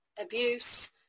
abuse